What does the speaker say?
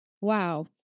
Wow